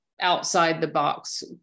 outside-the-box